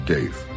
Dave